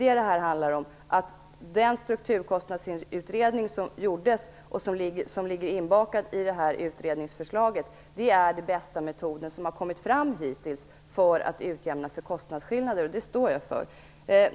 Det handlar om att den strukturkostnadsutredning som gjordes och som ligger inbakad i det här utredningsförslaget är den bästa metoden som hittills har kommit fram för att utjämna kostnadsskillnader, och det står jag för.